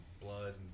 blood